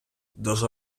дуже